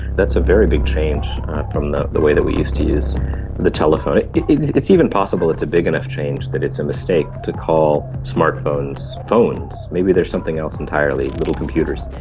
that's a very big change from the the way that we used to use the telephone. it's even it's even possible it's a big enough change that it's a mistake to call smartphones phones. maybe they're something else entirely little computers.